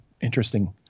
interesting